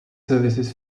services